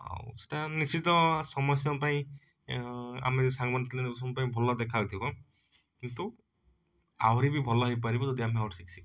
ଆଉ ସେଇଟା ନିଶ୍ଚିତ ସମସ୍ତଙ୍କପାଇଁ ଆମରି ସାଙ୍ଗମାନଙ୍କ ସମସ୍ତଙ୍କପାଇଁ ଭଲ ଦେଖାଯାଉଥିବ କିନ୍ତୁ ଆହୁରି ବି ଭଲ ହେଇପାରିବ ଯଦି ଆମେ ଆଉ ଟିକିଏ ଶିଖିଥାଆନ୍ତେ